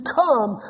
come